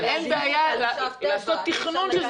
אבל אין בעיה לעשות תכנון.